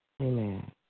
Amen